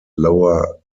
lower